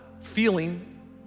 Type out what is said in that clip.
feeling